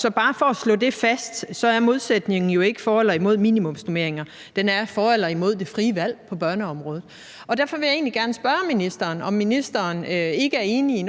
Så bare for at slå det fast: Modsætningen på børneområdet er jo ikke for eller imod minimumsnormeringer, men for eller imod det frie valg. Derfor vil jeg egentlig gerne spørge ministeren, om ministeren ikke er enig i